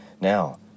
Now